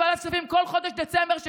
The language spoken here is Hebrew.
חבר הכנסת אמסלם, בבקשה.